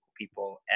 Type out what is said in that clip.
people